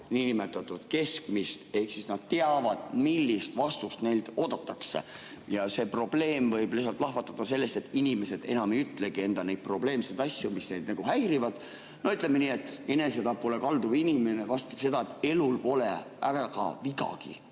niinimetatud keskmist, ehk siis nad teavad, millist vastust neilt oodatakse. Ja see probleem võib lahvatada sellest, et inimesed enam ei ütlegi enda neid probleemseid asju, mis neid häirivad. Ütleme nii, et enesetapule kalduv inimene vastab seda, et elul pole väga vigagi,